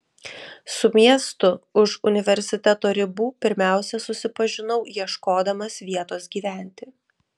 su miestu už universiteto ribų pirmiausia susipažinau ieškodamas vietos gyventi